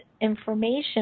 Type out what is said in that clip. information